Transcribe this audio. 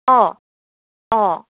অঁ অঁ